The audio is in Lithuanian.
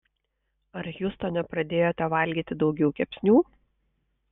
ar hjustone pradėjote valgyti daugiau kepsnių